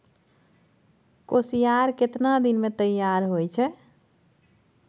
कोसियार केतना दिन मे तैयार हौय छै?